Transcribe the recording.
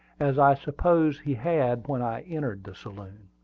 as i supposed he had when i entered the saloon.